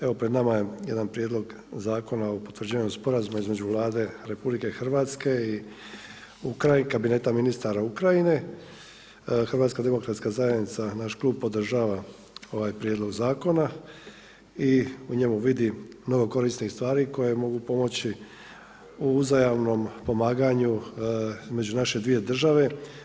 Evo pred nama je jedan prijedlog Zakona o potvrđivanju Sporazuma između Vlade RH i Kabineta ministara Ukrajine, HDZ podržava ovaj prijedlog zakona i u njemu vidi mnogo korisnih stvari koje mogu pomoći u uzajamnom pomaganju između naše dvije države.